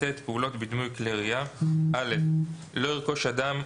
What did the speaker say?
"פעולות בדמוי כלי ירייה 7ט.(א)לא ירכוש אדם,